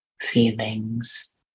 feelings